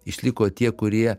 išliko tie kurie